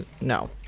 no